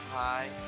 Hi